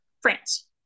france